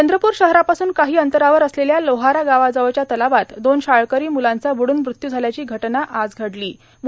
चंद्रपूर शहरापासून काहो अंतरावर असलेल्या लोहारा गावाजवळच्या तलावात दोन शाळकरो मुलांचा बुडून मृत्यू झाल्याची घटना आज घडलों